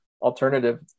alternative